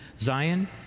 Zion